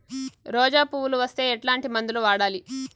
రోజా పువ్వులు వస్తే ఎట్లాంటి మందులు వాడాలి?